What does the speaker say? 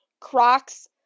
Crocs